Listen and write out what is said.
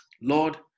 Lord